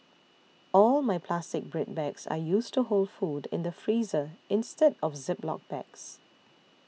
all my plastic bread bags are used to hold food in the freezer instead of Ziploc bags